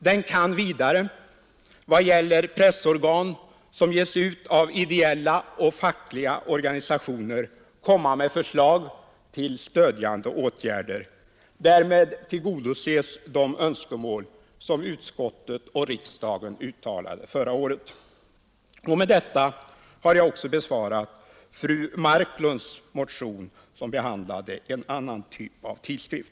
Den kan vidare — i vad gäller pressorgan som ges ut av ideella och fackliga organisationer — komma med förslag till stödjande åtgärder. Därmed tillgodoses de önskemål som utskottet och riksdagen uttalade förra året. Med detta har jag också besvarat fru Marklunds motion, som behandlade en annan typ av tidskrift.